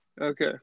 Okay